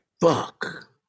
fuck